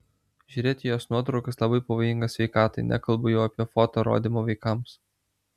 žiūrėti į jos nuotraukas labai pavojinga sveikatai nekalbu jau apie foto rodymą vaikams